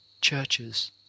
churches